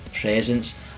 presence